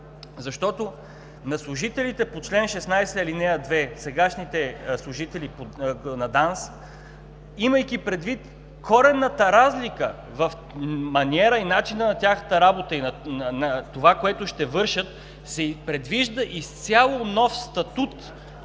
Защото на служителите по чл. 16, ал. 2, сегашните служители на ДАНС, имайки предвид коренната разлика в маниера и начина на тяхната работа и на това, което ще вършат, се предвижда изцяло нов статут